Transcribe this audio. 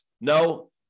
No